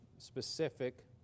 Specific